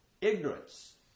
ignorance